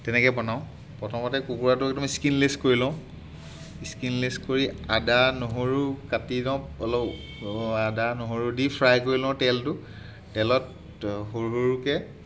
তেনেকৈ বনাওঁ প্ৰথমতে কুকুৰাটো একদম স্কিণলেছ কৰি লওঁ স্কিনলেছ কৰি আদা নহৰু কাটি লওঁ অলপ আদা নহৰু দি ফ্ৰাই কৰি লওঁ তেলটো তেলত সৰু সৰুকৈ